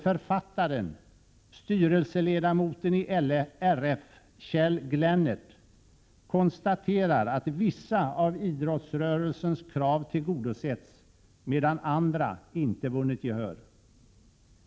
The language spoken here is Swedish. Författaren, styrelseledamoten i RF Kjell Glennert, konstaterar att vissa av idrottsrörelsens krav tillgodosetts, medan andra inte vunnit gehör.